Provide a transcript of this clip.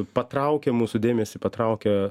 patraukia mūsų dėmesį patraukia